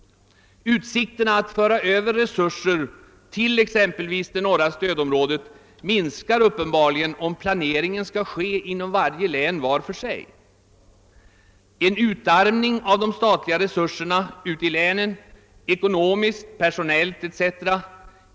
Utsikterna att föra över resurser till exempelvis norra stödområdet minskar uppenbarligen om planeringen skall ske inom varje län för sig. En utarmning av de statliga resurserna i länen ekonomiskt, personellt etc.